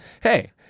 Hey